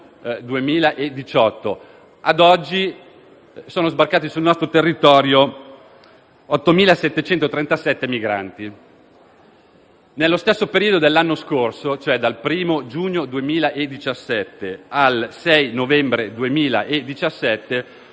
2018 a oggi sono sbarcati sul nostro territorio 8.737 migranti; nello stesso periodo dell'anno scorso (cioè dal 1° giugno al 6 novembre 2017)